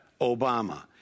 Obama